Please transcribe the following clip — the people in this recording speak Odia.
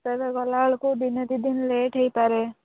ତ ଏବେ ଗଲା ବେଳକୁ ଦିନେ ଦୁଇ ଦିନ ଲେଟ୍ ହୋଇପାରେ